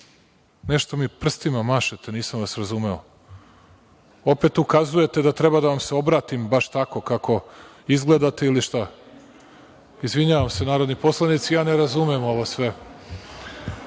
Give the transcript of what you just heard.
Nešto mi prstima mašete, nisam vas razumeo? Opet ukazujete da treba da vam se obratim baš tako kako izgledate, ili šta? Izvinjavam se, narodni poslanici, ja ne razumem ovo